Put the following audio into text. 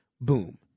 boom